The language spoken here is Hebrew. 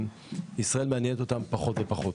ישראל מעניינת אותם פחות ופחות.